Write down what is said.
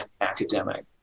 academic